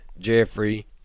Jeffrey